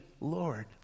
Lord